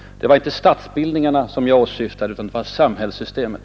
Det var inte statsbildningarna som jag åsyftade, utan det var samhällssystemet.